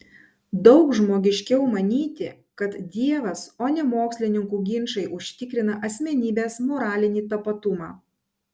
daug žmogiškiau manyti kad dievas o ne mokslininkų ginčai užtikrina asmenybės moralinį tapatumą